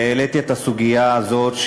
והעליתי את הסוגיה הזאת,